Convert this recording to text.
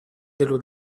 dello